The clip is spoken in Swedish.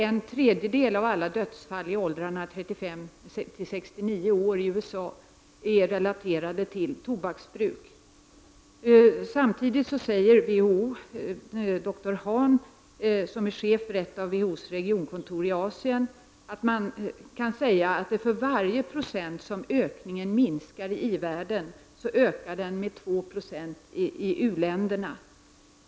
En tredjedel av alla dödsfall i åldrarna 35-69 år i USA är relaterade till tobaksbruk. Samtidigt uttalar doktor Han, som är chef för ett av WHOSs regionkontor i Asien, att för varje procent som ökningen minskar i i-världen, ökar tobaksbruket med 2 26 i u-länderna.